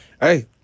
Hey